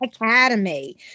Academy